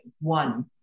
one